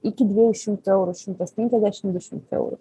iki dviejų šimtų eurų šimtas penkiasdešim du šimtai eurų